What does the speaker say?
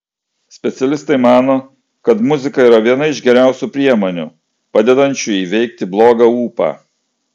specialistai mano kad muzika yra viena iš geriausių priemonių padedančių įveikti blogą ūpą